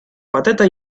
patata